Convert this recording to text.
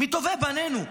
מטובי בנינו.